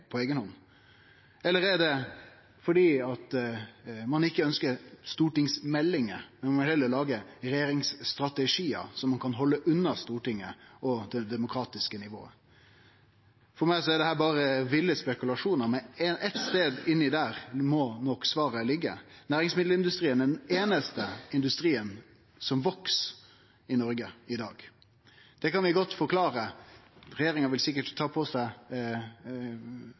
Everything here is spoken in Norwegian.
på eiga hand? Eller er det fordi ein ikkje ønskjer stortingsmeldingar, men heller vil lage regjeringsstrategiar, så ein kan halde Stortinget og det demokratiske nivået unna? For meg er dette berre ville spekulasjonar, men ein stad inni der må nok svaret liggje. Næringsmiddelindustrien er den einaste industrien som veks i Noreg i dag. Det kan eg godt forklare. Regjeringa vil sikkert ta på seg